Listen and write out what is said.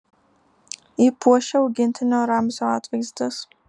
jį puošia augintinio ramzio atvaizdas